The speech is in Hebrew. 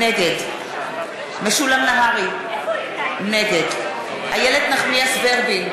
נגד משולם נהרי, נגד איילת נחמיאס ורבין,